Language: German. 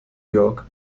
york